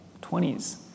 20s